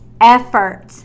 effort